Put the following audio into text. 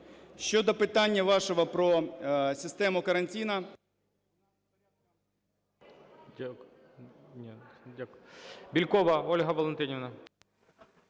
Щодо питання вашого про систему карантину...